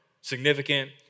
significant